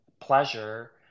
pleasure